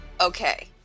Okay